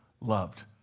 loved